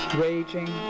raging